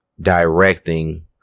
directing